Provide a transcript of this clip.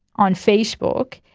on facebook,